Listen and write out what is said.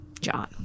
John